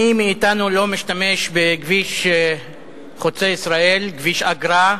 מי מאתנו לא משתמש בכביש חוצה-ישראל, כביש אגרה,